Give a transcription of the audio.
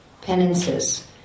penances